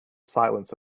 silence